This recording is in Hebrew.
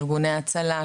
ארגוני הצלה,